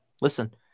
listen